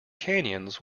canyons